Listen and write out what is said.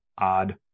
odd